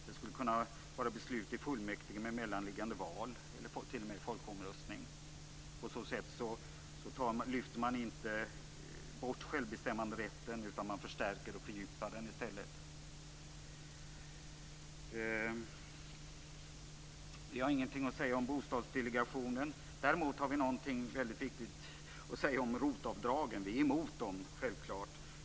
Det skulle kunna vara beslut i fullmäktige med mellanliggande val eller t.o.m. folkomröstning. På så sätt lyfter man inte bort självbestämmanderätten utan man förstärker och fördjupar den i stället. Vi har ingenting att säga om bostadsdelegationen. Däremot har vi något väldigt viktigt att säga om ROT avdragen. Vi är självfallet emot dem.